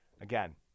again